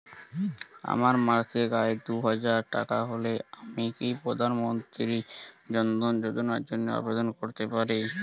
আমার মাসিক আয় দুহাজার টাকা হলে আমি কি প্রধান মন্ত্রী জন ধন যোজনার জন্য আবেদন করতে পারি?